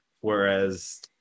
whereas